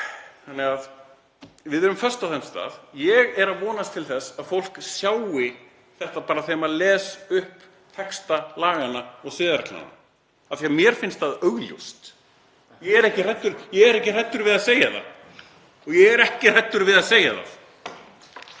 þannig að við erum föst á þeim stað. Ég er að vonast til þess að fólk sjái þetta bara þegar maður les upp texta laganna og siðareglnanna af því að mér finnst það augljóst. Ég er ekki hræddur við það. Ég er ekki hræddur við að segja það